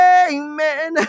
amen